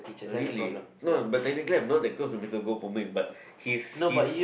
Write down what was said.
oh really no but technically I'm not that close to mister Goh-Bo-Peng but his his